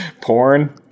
Porn